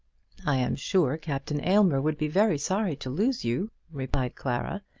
i am sure captain aylmer would be very sorry to lose you, replied clara,